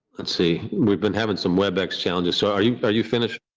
let's see, we've been having some webex challenges. so are you are you finished?